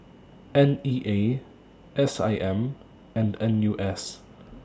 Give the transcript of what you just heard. N E A S I M and N U S